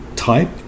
Type